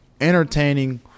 entertaining